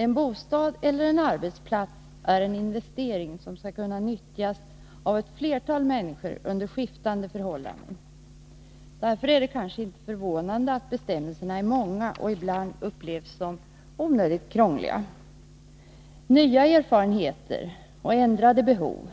En bostad eller en arbetsplats är en investering som skall kunna nyttjas av ett flertal människor under skiftande förhållanden. Därför kanske det inte är förvånande att bestämmelserna är många och ibland upplevs som onödigt krångliga. Nya erfarenheter och ändrade behov